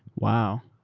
wow.